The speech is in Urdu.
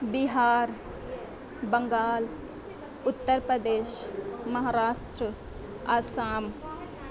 بہار بنگال اتر پردیش مہاراشٹر آسام